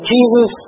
Jesus